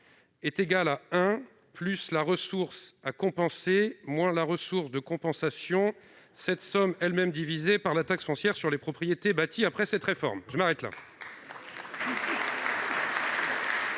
est égal à 1 plus la ressource à compenser moins la ressource de compensation divisée par la taxe foncière sur les propriétés bâties après réforme ». Je m'arrête là.